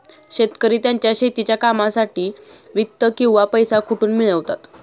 शेतकरी त्यांच्या शेतीच्या कामांसाठी वित्त किंवा पैसा कुठून मिळवतात?